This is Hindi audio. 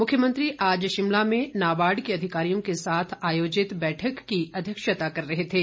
मुख्यमंत्री आज शिमला में नाबार्ड के अधिकारियों के साथ आयोजित बैठक की अध्यक्षता कर रहे थे